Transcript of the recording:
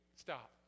Stop